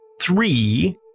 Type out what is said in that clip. Three